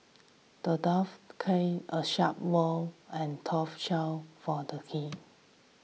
the dwarf crafted a sharp sword and a tough shield for the king